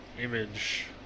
image